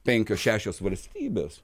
penkios šešios valstybės